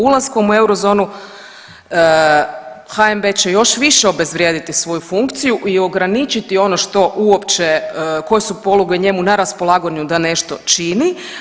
Ulaskom u eurozonu HNB-e će još više obezvrijediti svoju funkciju i ograničiti ono što uopće koje su poluge njemu na raspolaganju da nešto čini.